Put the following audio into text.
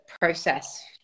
process